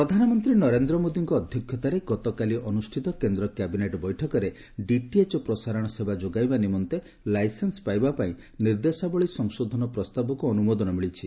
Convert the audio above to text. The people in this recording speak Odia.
ଡିଟିଏଚ୍ ସେବା ପ୍ରଧାନମନ୍ତ୍ରୀ ନରେନ୍ଦ୍ର ମୋଦୀଙ୍କ ଅଧ୍ୟକ୍ଷତାରେ ଗତକାଲି ଅନୁଷ୍ଠିତ କେନ୍ଦ୍ର କ୍ୟାବିନେଟ୍ ବୈଠକରେ ଡିଟିଏଚ ପ୍ରସାରଣ ସେବା ଯୋଗାଇବା ନିମନ୍ତେ ଲାଇସେନ୍ ପାଇବା ପାଇଁ ନିର୍ଦ୍ଦେଶାବଳୀ ସଂଶୋଧନ ପ୍ରସ୍ତାବକୁ ଅନୁମୋଦନ ମିଳିଛି